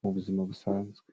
mu buzima busanzwe.